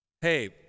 hey